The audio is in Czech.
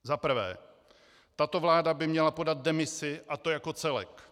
Za prvé, tato vláda by měla podat demisi, a to jako celek.